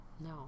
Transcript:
No